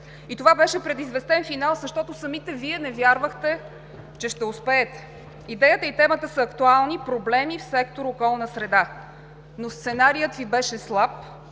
И това беше предизвестен финал, защото самите Вие не вярвахте, че ще успеете. Идеята и темата са актуални – проблеми в сектор „Околна среда“, но сценарият Ви беше слаб,